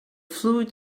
fluid